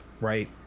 Right